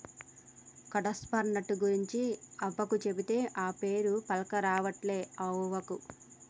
కడ్పాహ్నట్ గురించి అవ్వకు చెబితే, ఆ పేరే పల్కరావట్లే అవ్వకు